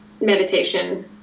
meditation